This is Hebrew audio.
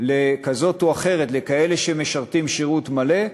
כזאת או אחרת לכאלה שמשרתים שירות מלא,